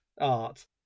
art